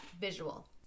visual